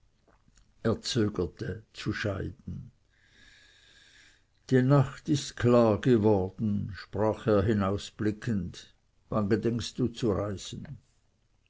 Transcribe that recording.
zu scheiden die nacht ist klar geworden sprach er hinausblickend wann gedenkst du zu reisen